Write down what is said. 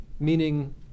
meaning